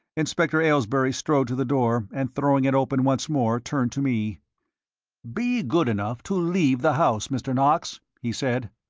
inspector aylesbury strode to the door and throwing it open once more, turned to me be good enough to leave the house, mr. knox, he said.